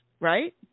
Right